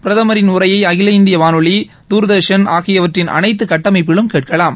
பிரதமரின் உரையை அகில இந்திய வானொலி தூர்தர்ஷன் ஆகியவற்றின் அனைத்து கட்டமைப்பிலும் கேட்கலாம்